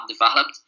developed